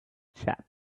chap